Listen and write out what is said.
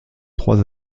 trois